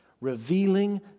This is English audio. revealing